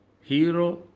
Hero